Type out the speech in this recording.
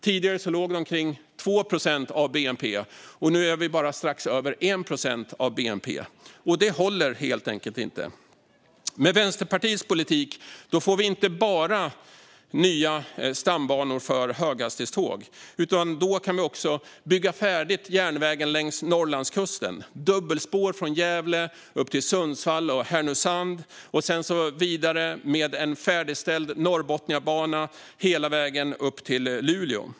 Tidigare låg de kring 2 procent av bnp, men nu ligger de bara strax över 1 procent av bnp. Det håller helt enkelt inte. Med Vänsterpartiets politik får vi inte bara nya stambanor för höghastighetståg, utan vi kan också bygga färdigt järnvägen längs Norrlandskusten, dubbelspår från Gävle upp till Sundsvall och Härnösand och sedan vidare med en färdigställd Norrbotniabana hela vägen upp till Luleå.